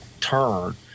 turn